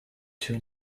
two